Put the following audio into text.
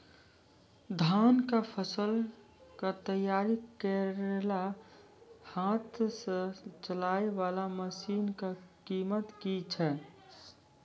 धान कऽ फसल कऽ तैयारी करेला हाथ सऽ चलाय वाला मसीन कऽ कीमत की छै?